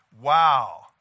Wow